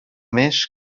més